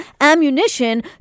ammunition